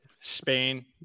Spain